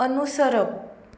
अनुसरप